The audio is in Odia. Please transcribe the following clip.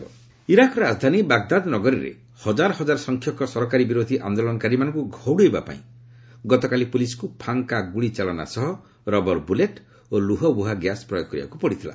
ଇରାକ୍ ପ୍ରୋଟେଷ୍ଟସ୍ ଇରାକ୍ ରାଜଧାନୀ ବାଗ୍ଦାଦ୍ ନଗରୀରେ ହଜାର ସଂଖ୍ୟକ ସରକାରୀ ବିରୋଧୀ ଆନ୍ଦୋଳନକାରୀମାନଙ୍କୁ ଘଉଡ଼ାଇବା ପାଇଁ ଗତକାଲି ପୁଲିସ୍କୁ ଫାଙ୍କା ଗୁଳିଚାଳନା ସହ ରବର ବୁଲେଟ୍ ଓ ଲୁହବୁହା ଗ୍ୟାସ୍ ପ୍ରୟୋଗ କରିବାକୁ ପଡ଼ିଥିଲା